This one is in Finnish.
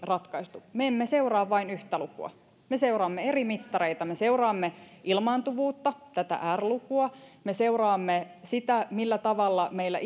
ratkaistu me emme seuraa vain yhtä lukua me seuraamme eri mittareita me seuraamme ilmaantuvuutta tätä r lukua me seuraamme sitä millä tavalla meillä